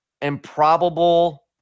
improbable